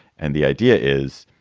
and the idea is